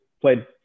played